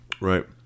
Right